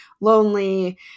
lonely